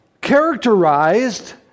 characterized